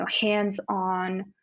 hands-on